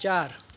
चार